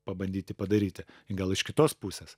pabandyti padaryti gal iš kitos pusės